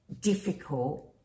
difficult